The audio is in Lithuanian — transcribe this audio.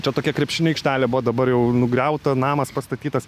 čia tokia krepšinio aikštelė buvo dabar jau nugriauta namas pastatytas